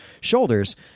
shoulders